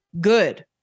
good